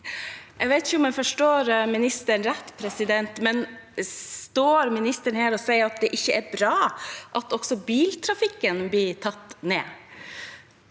Jeg vet ikke om jeg forstår ministeren rett, men står ministeren her og sier at det ikke er bra at også biltrafikken går ned?